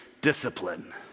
Discipline